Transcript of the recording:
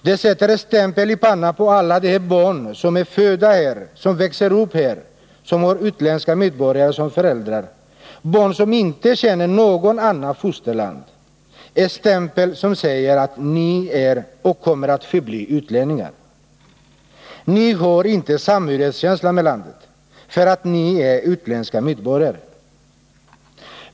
Det sätter en stämpel i pannan på alla de barn som är födda här och som växer upp här men som har utländska medborgare som föräldrar, barn som inte känner något annat fosterland än Sverige. Det är en stämpel som säger: Ni är och kommer att förbli utlänningar. Ni har inte någon samhörighetskänsla med landet, eftersom ni är utländska medborgare.